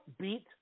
beat